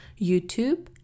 YouTube